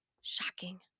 shocking